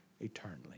eternally